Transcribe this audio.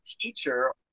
teacher